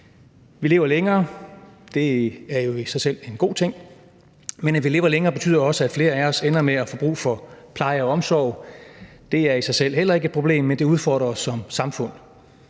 Vi lever længere. Det er jo i sig selv en god ting. Men at vi lever længere betyder også, at flere af os ender med at få brug for pleje og omsorg. Det er i sig selv heller ikke et problem, men det udfordrer os som samfund.